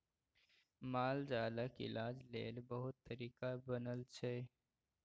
मालजालक इलाज लेल बहुत तरीका बनल छै